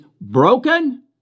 broken